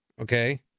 okay